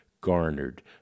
garnered